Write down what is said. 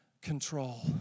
control